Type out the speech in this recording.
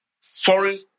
Foreign